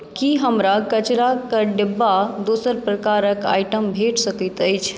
की हमरा कचराक डिब्बा दोसर प्रकारक आइटम भेट सकैत अछि